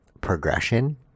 progression